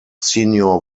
senior